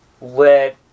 let